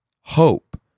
hope